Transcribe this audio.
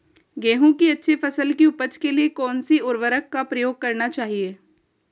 गेहूँ की अच्छी फसल की उपज के लिए कौनसी उर्वरक का प्रयोग करना चाहिए?